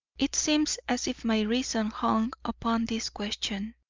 it seems as if my reason hung upon this question.